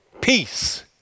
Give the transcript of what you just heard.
Peace